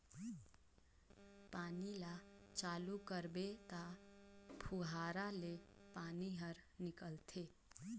पानी ल चालू करबे त फुहारा ले पानी हर निकलथे